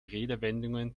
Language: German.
redewendungen